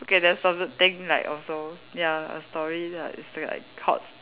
okay that's another thing like also ya a story that it's that like caught